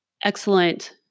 excellent